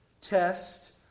test